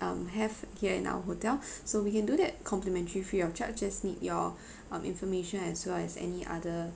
um have here in our hotel so we can do that complimentary free of charge just need your um information as well as any other